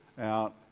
out